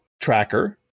Tracker